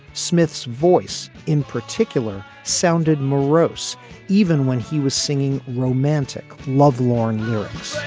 smith's voice in particular sounded morose even when he was singing romantic lovelorn lyrics